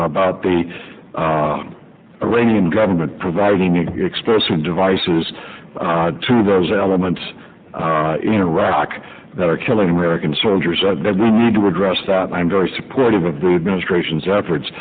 about the iranian government providing explosive devices to those elements in iraq that are killing american soldiers that we need to address that i'm very supportive of the administration's efforts